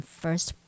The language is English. first